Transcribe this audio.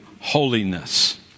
holiness